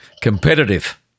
Competitive